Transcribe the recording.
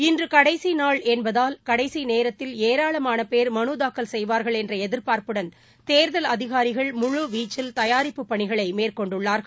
இன்று கடைசி நாள் என்பதால் கடைசி நேரத்தில் ஏராளமான பேர் மனு தாக்கல் செய்வார்கள் என்ற எதிர்பார்ப்புடன் தேர்தல் அதிகாரிகள் முழு வீச்சில் தயாரிப்புப் பணிகளை மேற்கொண்டுள்ளார்கள்